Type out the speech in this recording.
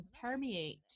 permeate